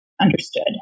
understood